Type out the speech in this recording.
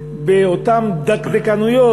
באותן דקדקנויות,